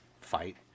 fight